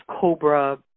COBRA